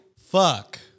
fuck